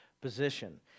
position